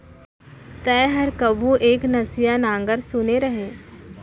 तैंहर कभू एक नसिया नांगर सुने रहें?